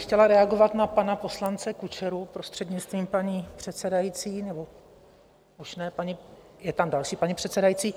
Chtěla bych reagovat na pana poslance Kučeru, prostřednictvím paní předsedající je tam další paní předsedající.